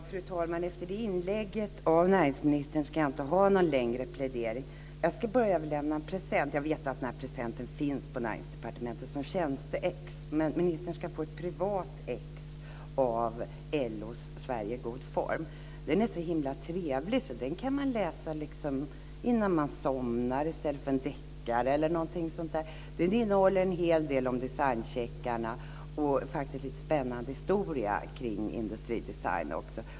Fru talman! Efter det inlägget av näringsministern ska jag inte göra någon längre plädering. Jag ska bara överlämna en present. Jag vet att denna present finns på Näringsdepartementet som tjänsteexemplar, men ministern ska få ett privat exemplar av LO:s Sverige i god form. Den är så himla trevlig så den kan man läsa innan man somnar i stället för en deckare eller något sådant. Den innehåller en hel del om designcheckarna - och faktiskt också lite spännande historia kring industridesign.